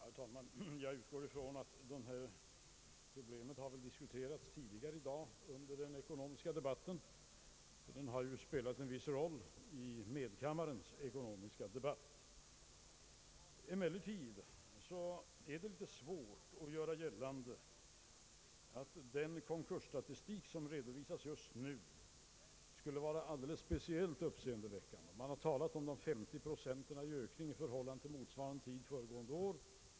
Herr talman! Jag utgår ifrån att detta problem diskuterats tidigare i dag under den ekonomiska debatten i denna kammare — det har i varje fall spelat en viss roll i medkammarens ekonomiska debatt. Det är svårt att göra gällande att den konkursstatistik som redovisas just nu skulle vara alldeles speciellt uppseendeväckande. Man har talat om 50 procents ökning i förhållande till motsvarande tid föregående år.